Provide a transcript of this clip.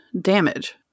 damage